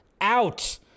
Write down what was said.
out